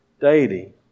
daily